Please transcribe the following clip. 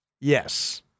Yes